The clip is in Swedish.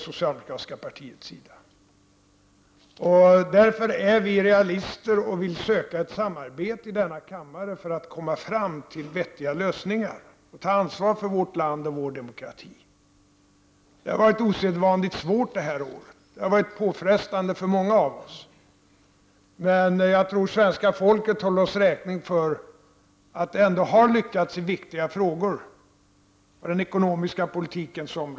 Vi är därför realister och vill söka ett samarbete i denna kammare för att kunna komma fram till vettiga lösningar och ta ansvar för vårt land och vår demokrati. Det har varit osedvanligt svårt det här året. Det har varit påfrestande för många av oss. Jag tror dock att svenska folket håller oss räkning för att det ändå har lyckats i viktiga frågor på den ekonomiska politikens område.